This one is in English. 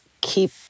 keep